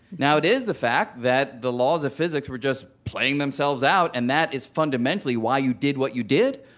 now it is the fact that the laws of physics were just playing themselves out, and that is fundamentally why you did what you did,